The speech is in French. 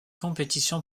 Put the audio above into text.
compétition